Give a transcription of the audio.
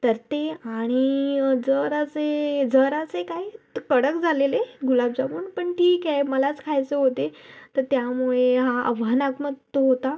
तर ते आणि जरासे जरासे काही तर कडक झालेले गुलाबजामुन पण ठीक आहे मलाच खायचं होते तर त्यामुळे हा आव्हानात्मक तो होता